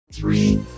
Three